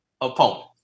opponent